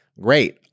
great